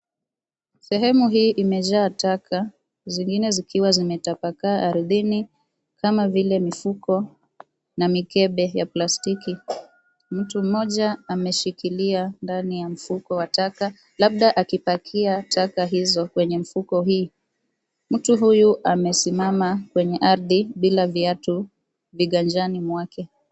Sehemu hii imejaa taka zingine zikiwa zimetapakaa ardhini kama vile mifuko na mikebe ya plastiki. Mtu mmoja ameshikilia ndani ya mfuko wa taka labda akipakia taka hizo kwenye mfuko hii. Mtu huyu amesimama kwenye ardhi bila viatu viganjani mwake.